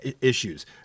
issues